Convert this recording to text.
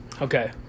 Okay